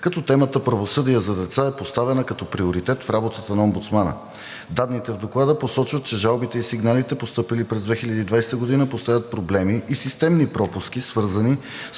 като темата „Правосъдие за деца“ е поставена като приоритет в работата на омбудсмана. Данните в Доклада посочват, че жалбите и сигналите, постъпили през 2020 г., поставят проблеми и системни пропуски, свързани с